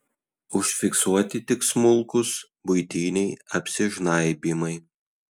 užfiksuoti tik smulkūs buitiniai apsižnaibymai